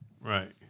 Right